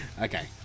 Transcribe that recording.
Okay